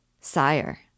sire